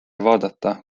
vaadata